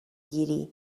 گیری